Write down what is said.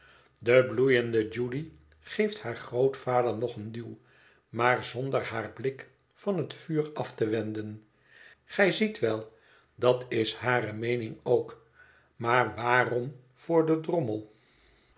de bloeiende judy geeft haar grootvader nog een duw maar zonder haar blik van hét vuur af te wenden gij ziet wel dat is hare meening ook maar waarom voor den drommel